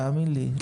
תאמין לי,